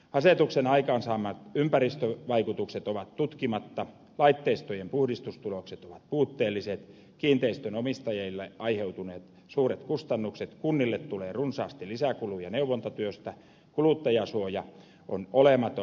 asetuksen aikaansaamat ympäristövaikutukset ovat tutkimatta laitteistojen puhdistustulokset ovat puutteelliset kiinteistönomistajille on aiheutunut suuria kustannuksia kunnille tulee runsaasti lisäkuluja neuvontatyöstä kuluttajansuoja on olematon